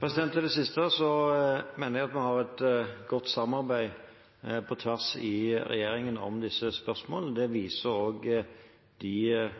Til det siste mener jeg at vi har et godt samarbeid på tvers i regjeringen om disse spørsmålene. Det viser også de